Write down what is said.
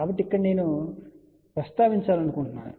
కాబట్టి ఇక్కడ నేను ఇక్కడ ప్రస్తావించాలనుకుంటున్నాను